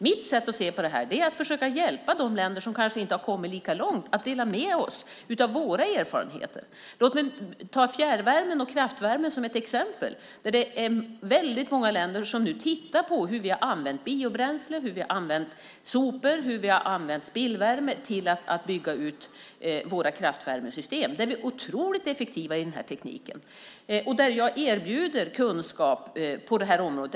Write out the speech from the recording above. Mitt sätt att se på det här är att försöka hjälpa de länder som kanske inte har kommit lika långt genom att dela med oss av våra erfarenheter. Fjärr och kraftvärmen är ett exempel där det är väldigt många länder som nu tittar på hur vi har använt biobränslen, hur vi har använt sopor, hur vi har använt spillvärme till att bygga ut våra kraftvärmesystem. Vi är otroligt effektiva i den tekniken, och jag erbjuder kunskap på det området.